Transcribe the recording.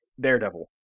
Daredevil